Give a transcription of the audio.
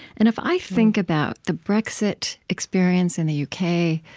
and if i think about the brexit experience in the u k,